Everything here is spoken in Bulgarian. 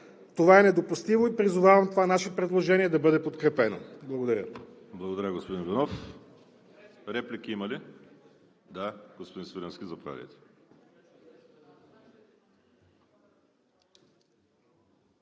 Това е недопустимо и призовавам това наше предложение да бъде подкрепено. Благодаря.